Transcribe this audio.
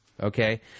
Okay